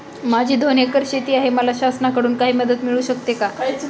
माझी दोन एकर शेती आहे, मला शासनाकडून काही मदत मिळू शकते का?